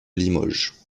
limoges